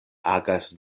agas